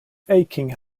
aching